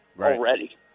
already